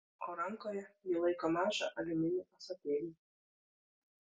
o rankoje ji laiko mažą aliuminį ąsotėlį